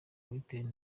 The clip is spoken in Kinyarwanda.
biterwa